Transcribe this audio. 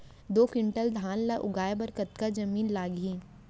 दो क्विंटल धान ला उगाए बर कतका जमीन लागही?